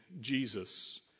Jesus